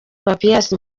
papias